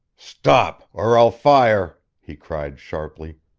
stop, or i'll fire! he cried, sharply.